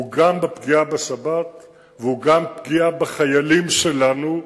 הוא גם פגיעה בשבת והוא גם פגיעה בחיילים שלנו,